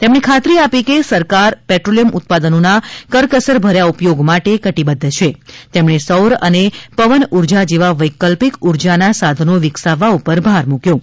તેમણે ખાતરી આપી હતી કે સરકાર પેટ્રોલિયમ ઉત્પાદનોના કરકસર ભર્યા ઉપયોગ માટે કટીબદ્ધ છે તેમણે સૌર અને પવન ઊર્જા જેવા વૈકલ્પિક ઊર્જા ના સાધનો વિકસાવવા ઉપર ભાર મુક્યો હતો